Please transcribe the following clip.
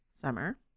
Summer